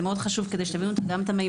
מאוד חשוב כדי שתבינו מה הם הממדים.